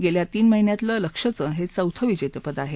गेल्या तीन महिन्यातलं लक्ष्यचं हे चौथं विजेतं पद आहे